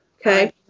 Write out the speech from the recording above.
Okay